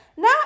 Now